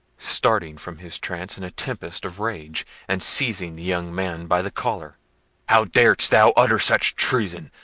starting from his trance in a tempest of rage, and seizing the young man by the collar how darest thou utter such treason?